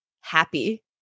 happy